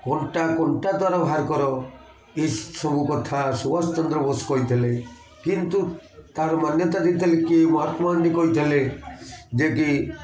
କଣ୍ଟା କଣ୍ଟା ତା'ର ବାହାର କର କଥା ସୁବାଷଚନ୍ଦ୍ର ବୋଷ କହିଥିଲେ କିନ୍ତୁ ତା'ର ମାନ୍ୟତା ଦେଇଥିଲେ କି ମହାତ୍ମା ଗାନ୍ଧୀ କହିଥିଲେ ଯେ କି